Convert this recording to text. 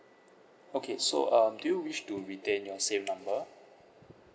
okay so um do you wish to retain your same number